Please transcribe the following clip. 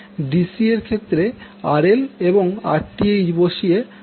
DC এর ক্ষেত্রে RL সমান Rth বসিয়ে সর্বাধিক পাওয়ার পাবো